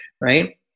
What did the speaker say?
right